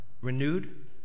renewed